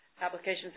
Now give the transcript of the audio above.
applications